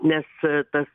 nes tas